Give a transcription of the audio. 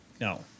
no